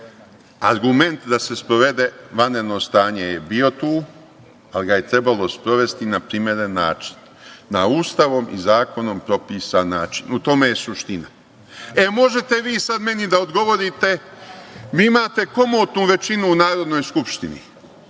Argument da se sprovede vanredno stanje je bio tu, ali ga je trebalo sprovesti na primeren način, na Ustavom i zakonom propisan način, u tome je suština. Vi sad možete meni da odgovorite, vi imate komotnu većinu u Narodnoj skupštini,